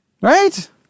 Right